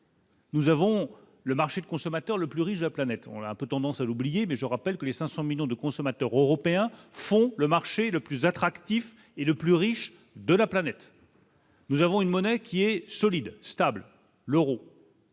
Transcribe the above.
Nous avons le marché de consommateurs, le plus riche de la planète, on a un peu tendance à l'oublier, mais je rappelle que les 500 millions de consommateurs européens font le marché le plus attractif et le plus riche de la planète. Nous avons une monnaie qui est solide, stable, l'Euro.